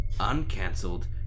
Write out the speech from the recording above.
uncancelled